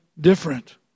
different